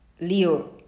Leo